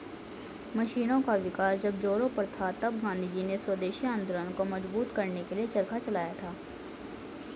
मशीनों का विकास जब जोरों पर था तब गाँधीजी ने स्वदेशी आंदोलन को मजबूत करने के लिए चरखा चलाया था